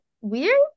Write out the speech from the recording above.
weird